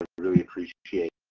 ah really appreciate